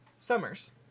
Summers